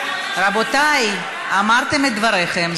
רבותיי, אמרתם את דבריכם.